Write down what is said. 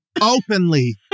openly